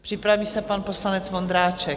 Připraví se pan poslanec Vondráček.